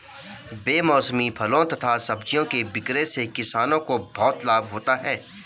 बेमौसमी फलों तथा सब्जियों के विक्रय से किसानों को बहुत लाभ होता है